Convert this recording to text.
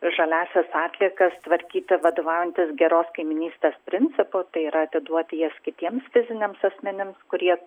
žaliąsias atliekas tvarkyti vadovaujantis geros kaimynystės principu tai yra atiduoti jas kitiems fiziniams asmenims kurie